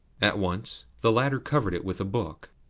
at once the latter covered it with a book.